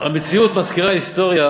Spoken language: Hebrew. המציאות מזכירה היסטוריה